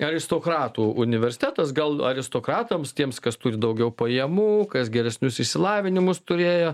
aristokratų universitetas gal aristokratams tiems kas turi daugiau pajamų kas geresnius išsilavinimus turėjo